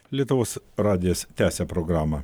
lietuvos radijas tęsia programą